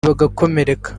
bagakomereka